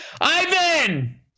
Ivan